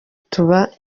tuba